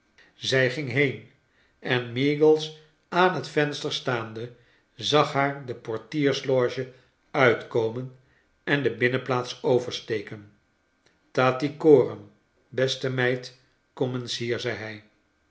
zij ging heen en meagles aan het venster staande zag haar de porportlersloge uitkomen en de binnenplaats bversteken tattycoram beste meid kom eens hier zei